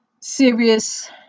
serious